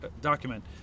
document